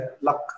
luck